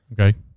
Okay